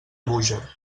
búger